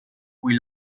cui